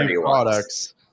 products